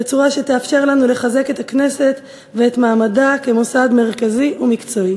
בצורה שתאפשר לנו לחזק את הכנסת ואת מעמדה כמוסד מרכזי ומקצועי.